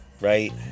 right